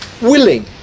willing